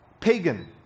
pagan